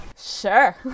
Sure